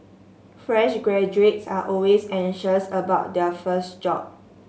fresh graduates are always anxious about their first job